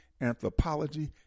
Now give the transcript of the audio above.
anthropology